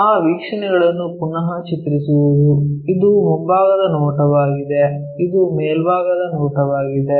ಆ ವೀಕ್ಷಣೆಗಳನ್ನು ಪುನಃ ಚಿತ್ರಿಸುವುದು ಇದು ಮುಂಭಾಗದ ನೋಟವಾಗಿದೆ ಇದು ಮೇಲ್ಭಾಗದ ನೋಟವಾಗಿದೆ